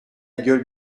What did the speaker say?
gueule